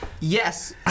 Yes